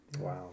Wow